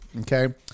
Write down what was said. okay